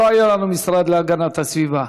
לא היה לנו משרד להגנת הסביבה,